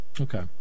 Okay